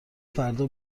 فردا